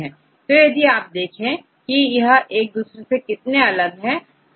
तो यदि आप देखें कि यह एक दूसरे से कितने अलग है